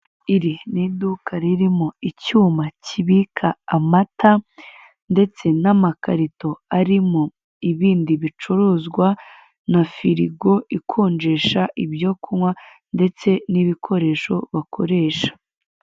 Iri ni iduka ririmo icyuma kibika amata, ndetse n'amakarito arimo ibindi bicuruzwa na firigo ikonjesha ibyo kunywa ndetse n'ibikoresho bakoresha.